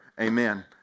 Amen